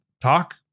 talk